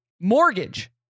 Mortgage